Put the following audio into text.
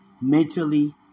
mentally